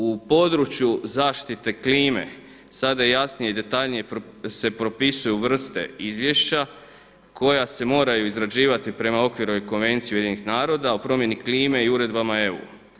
U području zaštite klime sada se jasnije i detaljnije propisuju vrste izvješća koja se moraju izrađivati prema Okvirnoj konvenciji Ujedinjenih Naroda o promjeni klime i uredbama EU.